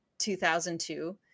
2002